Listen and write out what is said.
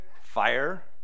Fire